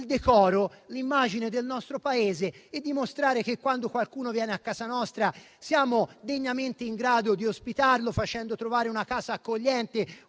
decoro e l'immagine del nostro Paese e a dimostrare che, quando qualcuno viene a casa nostra, siamo degnamente in grado di ospitarlo facendo trovare un ambiente accogliente,